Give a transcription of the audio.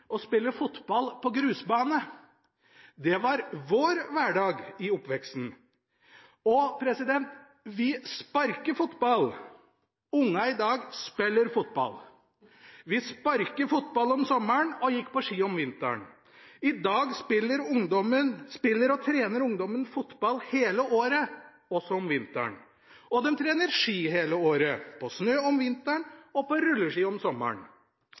å spille fotball på grusbane. Det var vår hverdag i oppveksten. Vi sparket fotball – ungene i dag spiller fotball. Vi sparket fotball om sommeren og gikk på ski om vinteren. I dag spiller og trener ungdommen fotball hele året, også om vinteren. Og de trener ski hele året – på snø om vinteren og på rulleski om sommeren.